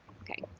ok.